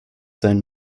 sein